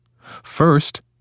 First